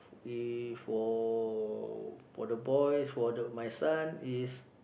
if for the boy for my son is